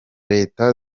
leta